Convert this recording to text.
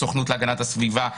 הסוכנות להגנת הסביבה,